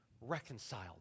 reconciled